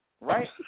right